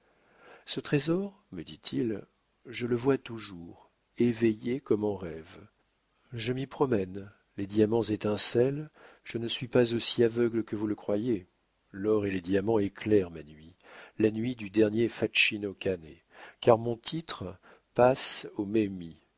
ce trésor me dit-il je le vois toujours éveillé comme en rêve je m'y promène les diamants étincellent je ne suis pas aussi aveugle que vous le croyez l'or et les diamants éclairent ma nuit la nuit du dernier facino cane car mon titre passe aux